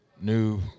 new